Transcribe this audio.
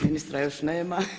Ministra još nema.